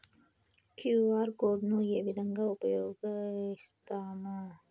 QR code ను ఏ విధంగా ఉపయగిస్తాము?